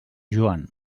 joan